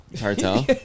Cartel